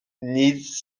nic